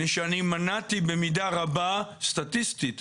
מפני שמנעתי במידה רבה סטטיסטית